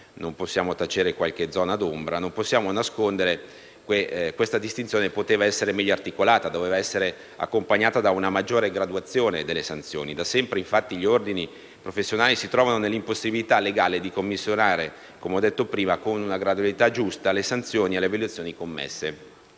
non possiamo tacere qualche zona d'ombra e non possiamo nascondere che questa distinzione poteva essere meglio articolata ed essere accompagnata da una maggiore graduazione delle sanzioni. Da sempre, infatti, gli Ordini professionali si trovano nell'impossibilità legale di commisurare, come ho detto, con la giusta gradualità, le sanzioni alle violazioni commesse